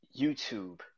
YouTube